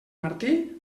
martí